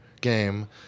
game